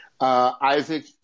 Isaac